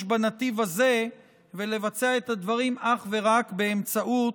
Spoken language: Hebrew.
בנתיב הזה ולבצע את הדברים אך ורק באמצעות